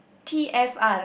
T_F_R